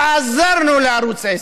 ועזרנו לערוץ 10,